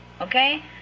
Okay